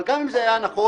אבל גם אם זה היה נכון,